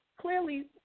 clearly